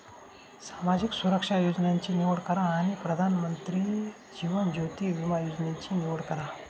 सामाजिक सुरक्षा योजनांची निवड करा आणि प्रधानमंत्री जीवन ज्योति विमा योजनेची निवड करा